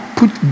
put